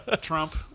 Trump